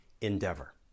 endeavor